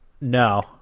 No